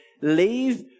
leave